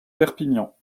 perpignan